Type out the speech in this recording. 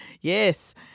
yes